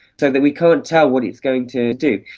so that we can't tell what it's going to do.